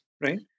right